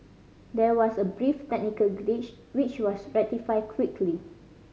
there was a brief technical glitch which was rectified quickly